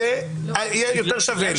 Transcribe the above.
יהיה יותר שווה לי.